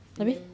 habis